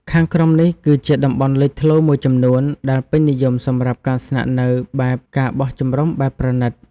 ខាងក្រោមនេះ គឺជាតំបន់លេចធ្លោមួយចំនួនដែលពេញនិយមសម្រាប់ការស្នាក់នៅបែប ការបោះជំរំបែបប្រណីត៖